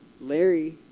Larry